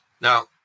Now